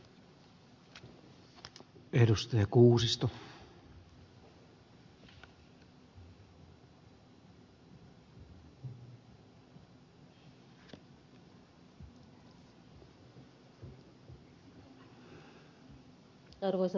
arvoisa puhemies